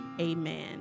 Amen